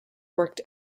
worked